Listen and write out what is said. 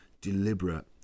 deliberate